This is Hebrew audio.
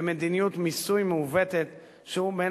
במדיניות מיסוי מעוּותת שהוא בין